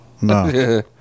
No